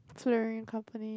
company